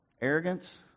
Arrogance